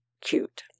cute